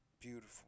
Beautiful